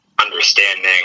understanding